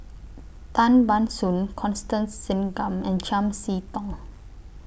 Tan Ban Soon Constance Singam and Chiam See Tong